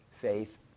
Faith